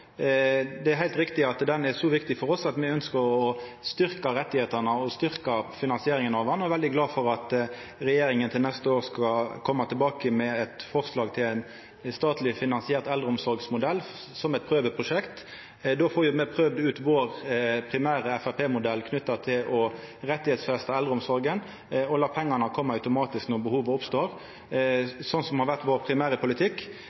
Det er heilt riktig at eldreomsorga er så viktig for oss at me ønskjer å styrkja rettane og styrkja finansieringa av henne, og eg er svært glad for at regjeringa til neste år skal koma tilbake med eit forslag til ein statleg finansiert eldreomsorgsmodell som eit prøveprosjekt. Då får me prøvd ut vår primære Framstegsparti-modell knytt til å rettsfesta eldreomsorga og la pengane koma automatisk når behovet oppstår, noko som har vore vår primære politikk.